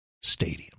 stadium